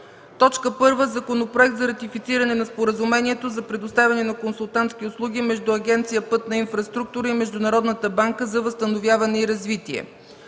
ред: 1. Законопроект за ратифициране на Споразумението за предоставяне на консултантски услуги между Агенция „Пътна инфраструктура” и Международната банка за възстановяване и развитие.